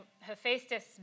Hephaestus